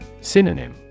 Synonym